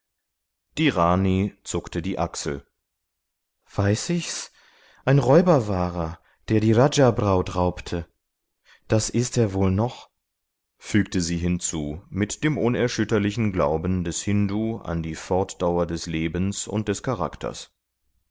die rani zuckte die achsel weiß ich's ein räuber war er der die rajabraut raubte das ist er wohl noch fügte sie hinzu mit dem unerschütterlichen glauben des hindu an die fortdauer des lebens und des charakters